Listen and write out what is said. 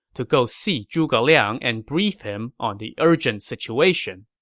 to go see zhuge liang and brief him on the urgent situation.